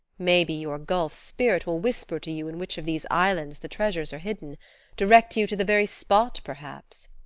maybe your gulf spirit will whisper to you in which of these islands the treasures are hidden direct you to the very spot, perhaps.